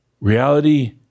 Reality